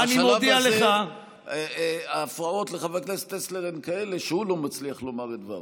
בשלב הזה ההפרעות לחבר הכנסת טסלר הן כאלה שהוא לא מצליח לומר את דבריו.